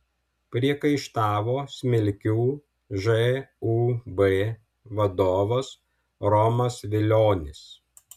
priekaištavo smilgių žūb vadovas romas vilionis